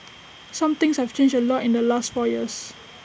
some things have changed A lot in the last four years